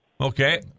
Okay